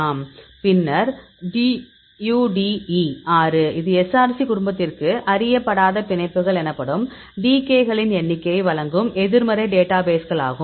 பின்னர் DUD E 6 இது Src குடும்பத்திற்கு அறியப்படாத பிணைப்புகள் எனப்படும் டிகேகளின் எண்ணிக்கையை வழங்கும் எதிர்மறை டேட்டாபேஸ்களாகும்